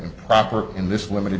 improper in this limited